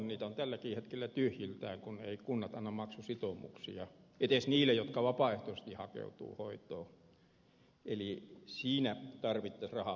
niitä on tälläkin hetkellä tyhjillään kun eivät kunnat anna maksusitoumuksia edes niille jotka vapaaehtoisesti hakeutuvat hoitoon eli siinä tarvittaisiin rahan lisäystä